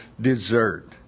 dessert